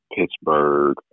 Pittsburgh